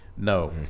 No